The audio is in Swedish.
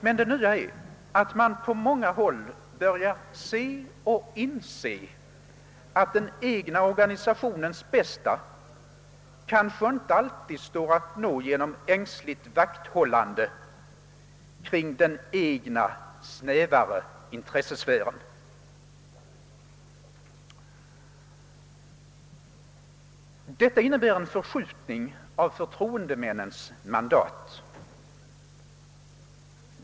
Men det nya är att man på många håll börjar inse att den egna organisationens bästa kanske inte alltid står att nå genom ängsligt vakthållande kring den egna, snävare intressesfären. Detta innebär en förskjutning av förtroendemännens mandat.